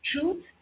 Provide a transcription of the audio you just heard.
truth